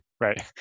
right